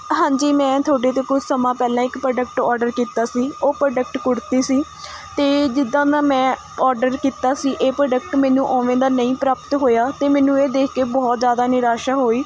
ਹਾਂਜੀ ਮੈਂ ਤੁਹਾਡੇ ਤੋਂ ਕੁਛ ਸਮਾਂ ਪਹਿਲਾਂ ਇੱਕ ਪ੍ਰੋਡਕਟ ਔਡਰ ਕੀਤਾ ਸੀ ਉਹ ਪ੍ਰੋਡਕਟ ਕੁੜਤੀ ਸੀ ਅਤੇ ਜਿੱਦਾਂ ਦਾ ਮੈਂ ਔਡਰ ਕੀਤਾ ਸੀ ਇਹ ਪ੍ਰੋਡਕਟ ਮੈਨੂੰ ਉਵੇਂ ਦਾ ਨਹੀਂ ਪ੍ਰਾਪਤ ਹੋਇਆ ਅਤੇ ਮੈਨੂੰ ਇਹ ਦੇਖ ਕੇ ਬਹੁਤ ਜ਼ਿਆਦਾ ਨਿਰਾਸ਼ਾ ਹੋਈ